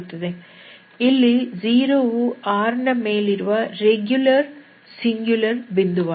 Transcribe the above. ಇಲ್ಲಿ 0 ವು R ನ ಮೇಲಿರುವ ರೆಗ್ಯುಲರ್ ಸಿಂಗ್ಯುಲರ್ ಬಿಂದುವಾಗಿದೆ